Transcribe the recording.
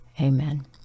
amen